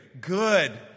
good